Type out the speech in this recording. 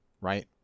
right